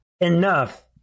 enough